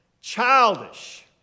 childish